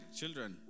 children